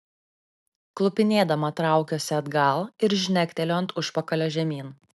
klupinėdama traukiuosi atgal ir žnekteliu ant užpakalio žemyn